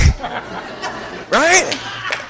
Right